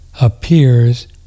appears